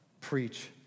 Preach